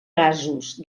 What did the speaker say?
gasos